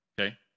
okay